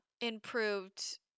improved